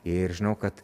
ir žinau kad